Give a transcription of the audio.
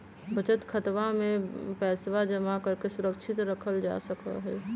बचत खातवा में पैसवा जमा करके सुरक्षित रखल जा सका हई